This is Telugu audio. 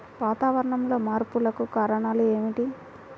వాతావరణంలో మార్పులకు కారణాలు ఏమిటి?